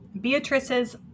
Beatrice's